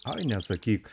ai nesakyk